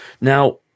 Now